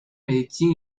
medizin